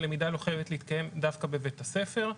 הלמידה לא חייבת להתקיים דווקא בבית הספר,